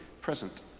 present